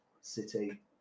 City